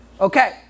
Okay